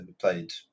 played